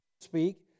speak